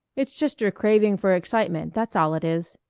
it's just your craving for excitement, that's all it is.